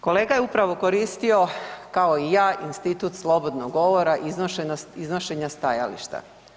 Kolega je upravo koristio kao i ja, institut slobodnog govora iznošenja stajališta.